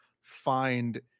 find